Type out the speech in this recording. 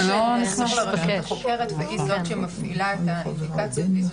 המשטרה חוקרת, והיא זאת שמפעילה את האינדיקציות.